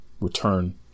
return